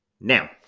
Now